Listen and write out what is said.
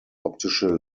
optische